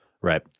right